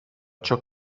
ciò